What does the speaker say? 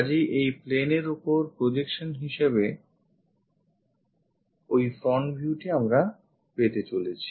কাজেই এই plane এর ওপর projection হিসেবে ওই front viewটি আমরা পেতে চলেছি